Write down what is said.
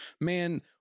man